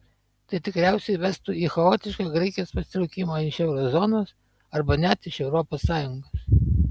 tai tikriausiai vestų į chaotišką graikijos pasitraukimą iš euro zonos arba net iš europos sąjungos